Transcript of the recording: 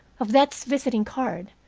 of death's visiting-card,